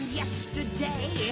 yesterday